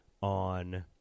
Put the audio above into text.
on